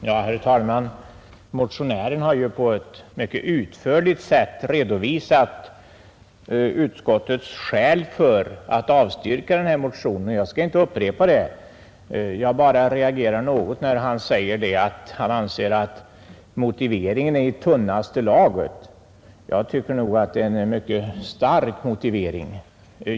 Herr talman! Motionären har här på ett utförligt sätt redovisat utskottets skäl för att avstyrka den motion som nu behandlas, och jag skall inte upprepa det sagda. Men jag reagerade litet när herr Signell sade att utskottets motivering är i svagaste laget. Jag tycker att det är en mycket stark motivering.